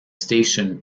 station